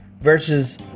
versus